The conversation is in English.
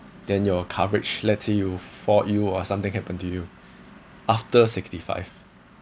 then your coverage later you for you or something happen to you after sixty five